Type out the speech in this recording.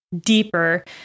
deeper